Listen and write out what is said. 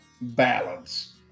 balance